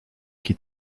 qui